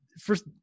first